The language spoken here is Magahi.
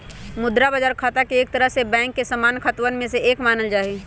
मुद्रा बाजार खाता एक तरह से बैंक के सामान्य खतवन में से एक मानल जाहई